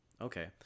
Okay